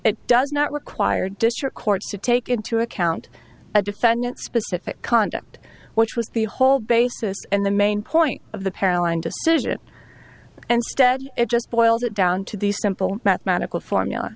it does not require district courts to take into account a defendant specific conduct which was the whole basis and the main point of the palin decision and stead it just boils it down to the simple mathematical formula